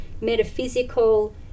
metaphysical